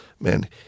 man